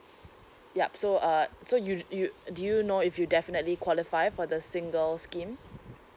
yup so uh so you you do you know if you definitely qualify for the single scheme